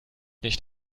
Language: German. nicht